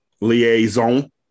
liaison